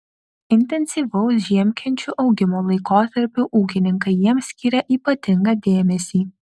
intensyvaus žiemkenčių augimo laikotarpiu ūkininkai jiems skyrė ypatingą dėmesį